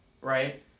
right